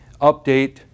update